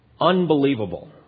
Unbelievable